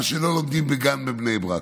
מה שלא לומדים בגן בבני ברק?